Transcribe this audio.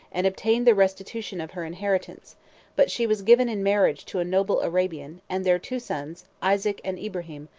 and obtained the restitution of her inheritance but she was given in marriage to a noble arabian, and their two sons, isaac and ibrahim,